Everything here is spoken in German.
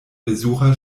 besucher